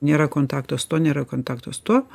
nėra kontakto su tuo nėra kontakto su tuo